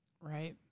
Right